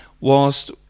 whilst